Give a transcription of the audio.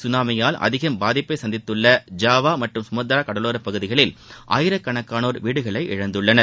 சுனாமியால் அதிகம் பாதிப்பை சந்தித்துள்ள ஜாவா மற்றும் சுமத்ரா கடலோர பகுதிகளில் ஆயிரக்கணக்கானோர் வீடுகளை இழந்துள்ளனர்